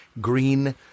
green